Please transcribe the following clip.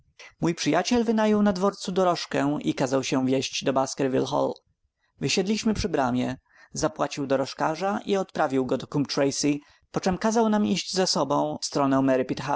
mój przyjaciel wynajął na dworcu dorożkę i kazał się wieźć do baskerville hall wysiedliśmy przy bramie zapłacił dorożkarza i odprawił go do coombe tracey poczem kazał nam iść ze sobą w stronę